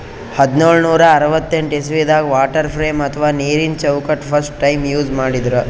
ಹದ್ದ್ನೋಳ್ ನೂರಾ ಅರವತ್ತೆಂಟ್ ಇಸವಿದಾಗ್ ವಾಟರ್ ಫ್ರೇಮ್ ಅಥವಾ ನೀರಿನ ಚೌಕಟ್ಟ್ ಫಸ್ಟ್ ಟೈಮ್ ಯೂಸ್ ಮಾಡಿದ್ರ್